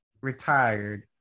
retired